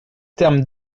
termes